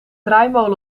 draaimolen